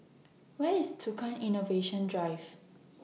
Where IS Tukang Innovation Drive